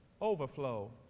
overflow